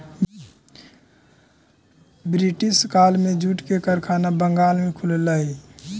British काल में jute के कारखाना बंगाल में खुललई